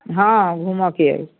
हँ घुमऽ के अइ